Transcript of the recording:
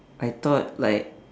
I thought like